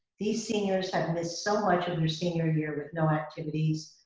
these seniors have missed so much of their senior year with no activities,